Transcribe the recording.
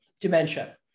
Dementia